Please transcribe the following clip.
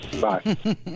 Bye